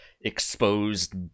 exposed